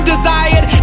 desired